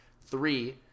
Three